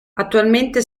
attualmente